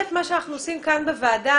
מה שאנחנו עושים כאן בוועדה,